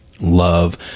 love